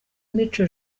mico